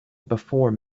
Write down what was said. before